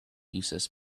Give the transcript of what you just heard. uses